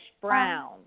brown